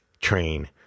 Train